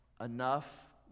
enough